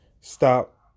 Stop